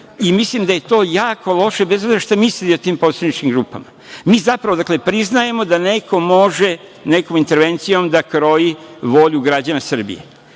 i mislim da je to jako loše, bez obzira šta mislili o tim poslaničkim grupama. Mi zapravo priznajemo da neko može nekom intervencijom da kroji volju građana Srbije. Mislim